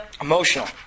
Emotional